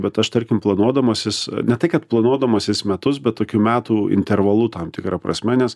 bet aš tarkim planuodamasis ne tai kad planuodamasis metus bet tokiu metų intervalu tam tikra prasme nes